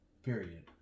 period